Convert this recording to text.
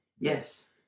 Yes